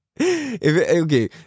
okay